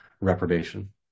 reprobation